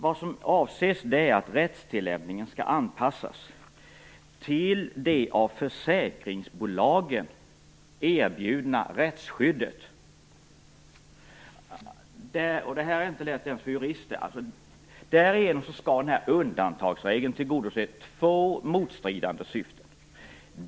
Vad som avses är att rättstillämpningen skall anpassas till det av försäkringsbolagen erbjudna rättsskyddet. Det här är inte lätt ens för jurister. Därigenom skall den här undantagsregeln tillgodose två motstridande syften.